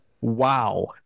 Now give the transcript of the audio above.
Wow